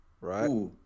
right